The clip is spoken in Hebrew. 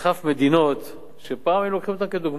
סחף מדינות שפעם היינו לוקחים אותן כדוגמה.